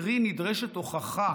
קרי, נדרשת הוכחה